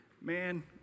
man